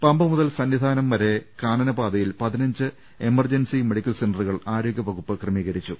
പമ്പ മുതൽ ശബരിമല സന്നിധാനം വരെ കാനന പാതയിൽ പതിനഞ്ച് എമർജൻസി മെഡിക്കൽ സെന്ററുകൾ ആരോഗ്യ വകുപ്പ് ക്രമീകരിച്ചു